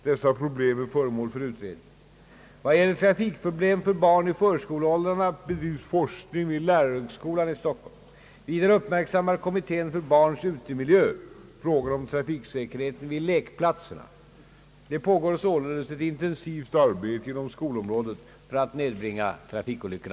Dessa problem är föremål för utredning. Vad gäller trafikproblem för barn i förskoleåldrarna bedrivs forskning vid lärarhögskolan i Stockholm. Vidare uppmärksammar kommittén för barns utemiljö frågan om trafiksäkerheten vid lekplatserna. Det pågår således ett intensivt arbete inom skolområdet för att nedbringa antalet trafikolyckor.